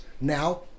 Now